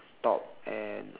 top and